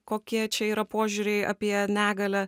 kokie čia yra požiūriai apie negalią